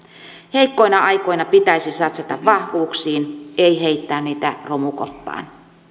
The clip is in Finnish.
heikkoina aikoina pitäisi satsata vahvuuksiin ei heittää niitä romukoppaan